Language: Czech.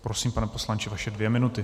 Prosím pane poslanče, vaše dvě minuty.